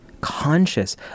conscious